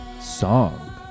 song